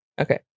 Okay